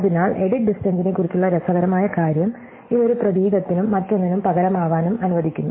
അതിനാൽ എഡിറ്റ് ഡിസ്റ്റ്ടെന്സിനെക്കുറിച്ചുള്ള രസകരമായ കാര്യം ഇത് ഒരു പ്രതീകത്തിനും മറ്റൊന്നിനും പകരമാവാനും അനുവദിക്കുന്നു